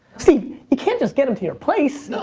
steve, you can't just get em to your place.